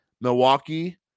Milwaukee